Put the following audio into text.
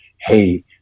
hey